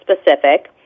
specific